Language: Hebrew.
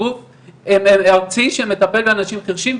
כגוף ארצי שמטפל באנשים חרשים.